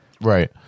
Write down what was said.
right